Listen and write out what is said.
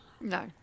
No